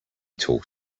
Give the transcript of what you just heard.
talk